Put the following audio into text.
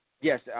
Yes